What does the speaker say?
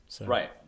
Right